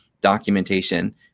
documentation